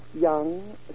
Young